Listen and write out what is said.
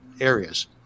areas